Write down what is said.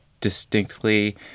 distinctly